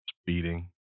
speeding